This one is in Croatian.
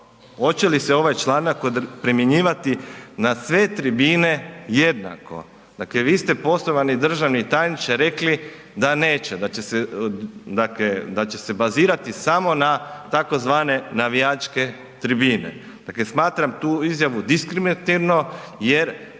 hoće li se ovaj članak primjenjivati na sve tribine jednako? Dakle vi ste poštovani državni tajniče rekli da neće, da će se bazirati samo na tzv. navijačke tribine. Dakle, smatram tu izjavu diskriminatorno jer